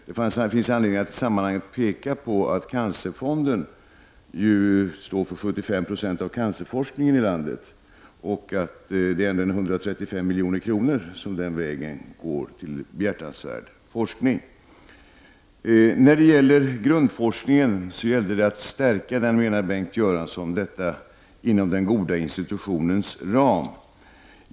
Det finns anledning att i det sammanhanget peka på att Cancerfonden står för 75 90 av cancerforskningen i landet. Det är ändå 135 milj.kr. som den vägen går till behjärtansvärd världsforskning. Bengt Göransson menade att det gällde att stärka grundforskningen inom den goda institutionens ram.